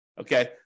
Okay